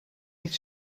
niet